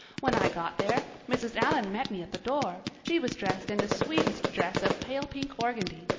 when i got there mrs. allan met me at the door. she was dressed in the sweetest dress of pale-pink organdy,